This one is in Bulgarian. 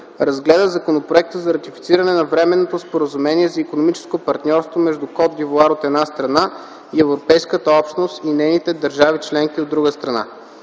разгледа Законопроекта за ратифициране на Временното споразумение за икономическо партньорство между Кот д'Ивоар, от една страна, и Европейската общност и нейните държави членки, от друга страна.